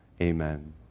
Amen